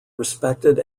respected